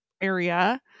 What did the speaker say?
area